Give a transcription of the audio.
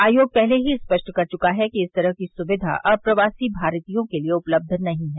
आयोग पहले ही स्पष्ट कर चुका है कि इस तरह की सुविधा अप्रवासी भारतीयों के लिए उपलब्ध नहीं है